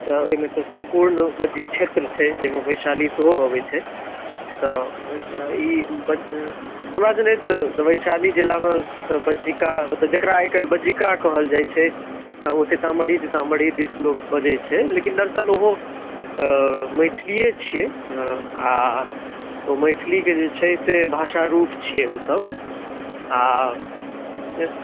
तऽ एहिमे तऽ संपूर्ण बज्जी क्षेत्र छै जाहिमे वैशाली सेहो अबैत छै तऽ ई हमरा जनैत वैशाली जिलामे तऽ बज्जिका मतलब जेकरा आइ काल्हि बज्जिका कहल जाइत छै ओ सीतामढ़ी तीतामढ़ी दिश लोक बजैत छै लेकिन दरसल ओहो मैथिलिए छियै आ ओ मैथिलीके जे छै से भाषा रूप छियै ओसब आ